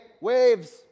waves